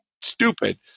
Stupid